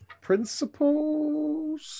Principles